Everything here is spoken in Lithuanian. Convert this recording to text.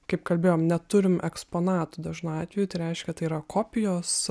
kaip kalbėjom neturim eksponatų dažnu atveju tai reiškia tai yra kopijos